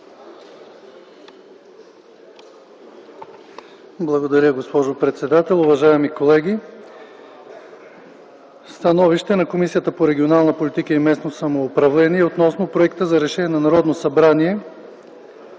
Благодаря, госпожо председател. Уважаеми колеги! „СТАНОВИЩЕ на Комисията по регионална политика и местно самоуправление относно Проекта за решение на Народното събрание